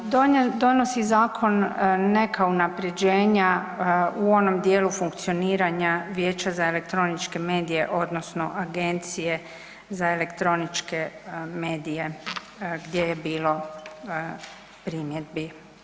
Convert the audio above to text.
Donosi zakon neka unapređenja u onom dijelu funkcioniranja Vijeća za elektroničke medije odnosno Agencije za elektroničke medije gdje je bilo primjedbi.